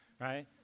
right